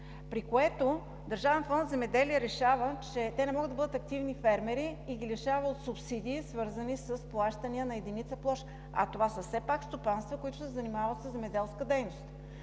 при което Държавен фонд „Земеделие“ решава, че те не могат да бъдат активни фермери и ги лишава от субсидии, свързани с плащания на единица площ, а това са все пак стопанства, които се занимават със земеделска дейност.